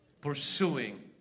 pursuing